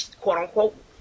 quote-unquote